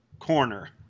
corner